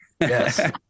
yes